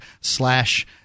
slash